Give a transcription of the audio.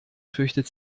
fürchtet